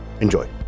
enjoy